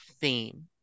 theme